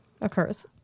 occurs